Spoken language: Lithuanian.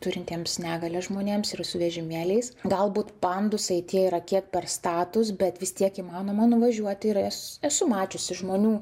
turintiems negalią žmonėms ir su vežimėliais galbūt pandusai tie yra kiek per statūs bet vis tiek įmanoma nuvažiuoti ir es esu mačiusi žmonių